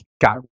got